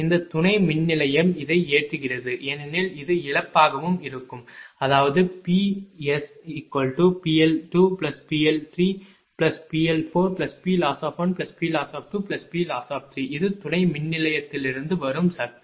இந்த துணை மின்நிலையம் இதை ஏற்றுகிறது ஏனெனில் இது இழப்பாகவும் இருக்கும் அதாவதுPsPL2PL3PL4PLoss1PLoss2PLoss இது துணை மின்நிலையத்திலிருந்து வரும் சக்தி